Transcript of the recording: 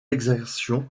exactions